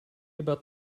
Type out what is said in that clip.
about